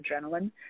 adrenaline